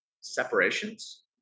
separations